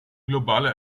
globale